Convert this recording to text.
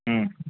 ہمم